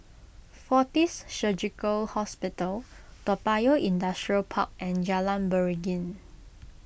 fortis Surgical Hospital Toa Payoh Industrial Park and Jalan Beringin